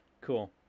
Cool